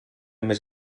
més